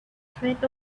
threat